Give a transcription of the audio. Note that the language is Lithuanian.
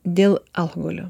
dėl alkoholio